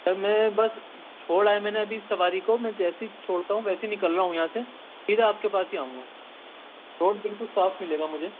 سر میں بس چھوڑا ہے ابھی میں نے سواری کو میں جیسے ہی چھوڑتا ہوں ویسے ہی نکل رہا ہوں یہاں سے سیدھا آپ کے پاس ہی آؤں گا روڈ بالکل صاف ملے گا مجھے